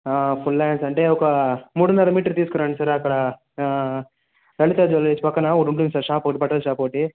full hands అంటే ఒక మూడున్నర మీటర్ తీసుకురండి సార్ అక్కడ లలితా జువెలర్స్ పక్కన ఒకటి ఉంటుంది సార్ షాప్ ఒకటి బట్టల షాప్ ఒకటి